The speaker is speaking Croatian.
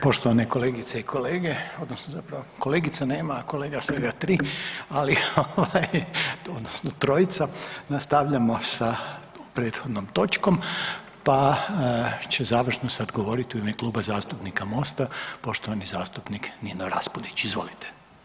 Poštovane kolegice i kolege, odnosno zapravo kolegica nema a kolega svega tri, ali odnosno trojica, nastavljamo sa prethodnom točkom pa će završno sad govoriti u ime Kluba zastupnika Mosta, poštovani zastupnik Nino Raspudić, izvolite.